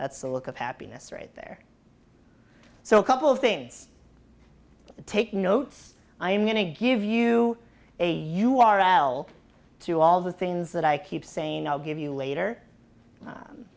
that's a look of happiness right there so a couple of things to take notes i'm going to give you a u r l to all the things that i keep saying i'll give you later